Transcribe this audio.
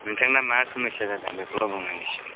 नोंथांना मा समस्या जादों बेखौल' बुं आंनि सिगाङाव